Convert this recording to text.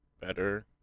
better